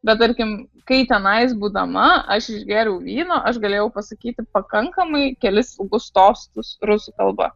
bet tarkim kai tenais būdama aš išgėriau vyno aš galėjau pasakyti pakankamai kelis ilgus tostus rusų kalba